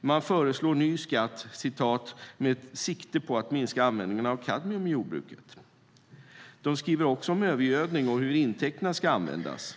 De föreslår ny skatt "med sikte på att minska användningen av kadmium i jordbruket". De skriver också om övergödning och hur intäkterna ska användas.